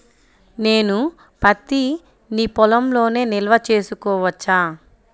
నేను పత్తి నీ పొలంలోనే నిల్వ చేసుకోవచ్చా?